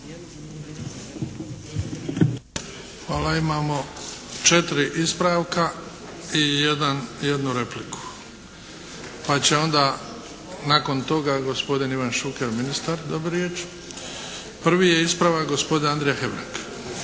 Hvala. Imamo četiri ispravka i jednu repliku pa će onda nakon toga gospodin Ivan Šuker ministar dobiti riječ. Prvi je ispravak gospodin Andrija Hebrang.